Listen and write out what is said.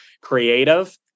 creative